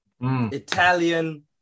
Italian